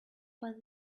but